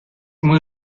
muy